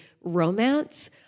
romance